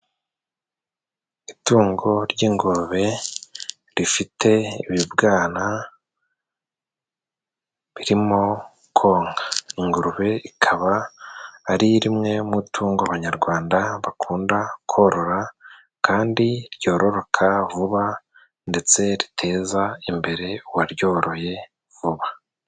Itungo ry'ingurube rifite ibibwana birimo konka, ingurube ikaba ari rimwe mu matungo abanyarwanda bakunda korora, kandi ryororoka vuba ndetse riteza imbere uwaryoroye vuba.